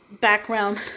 background